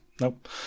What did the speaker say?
Nope